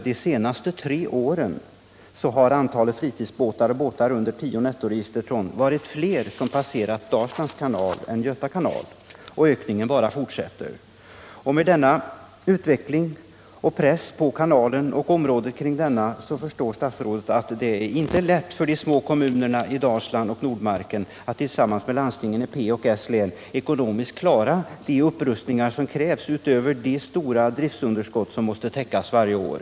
De senaste tre åren har antalet fritidsbåtar och båtar under tio nettoregisterton som passerat Dalslands kanal varit större än för Göta kanal, och ökningen bara fortsätter. Med denna utveckling och denna press på kanalen och området däromkring förstår statsrådet säkert att det inte är lätt för de små kommunerna i Dalsland och Nordmarken att tillsammans med landstingen i P och S-län ekonomiskt klara de upprustningar som krävs, utöver de stora driftsunderskott som måste täckas varje år.